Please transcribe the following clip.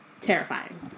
terrifying